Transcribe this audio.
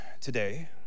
today